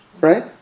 right